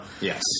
Yes